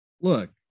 Look